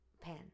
Pen